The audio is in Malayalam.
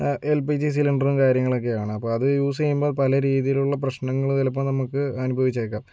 എല് പി ജി സിലിണ്ടറും കാര്യങ്ങളും ഒക്കെയാണ് അപ്പോൾ അത് യൂസെയുമ്പോൾ പല രീതിലുള്ള പ്രശ്നങ്ങള് ചിലപ്പോൾ നമ്മുക്ക് അനുഭവിച്ചേക്കാം